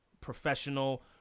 professional